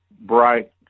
bright